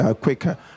quicker